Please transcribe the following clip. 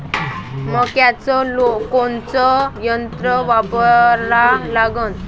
मक्याचं कोनचं यंत्र वापरा लागन?